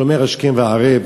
שאומר השכם והערב